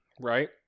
right